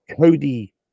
Cody